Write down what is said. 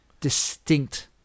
distinct